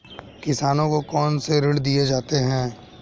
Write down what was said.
किसानों को कौन से ऋण दिए जाते हैं?